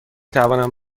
توانم